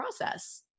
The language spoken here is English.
process